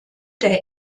der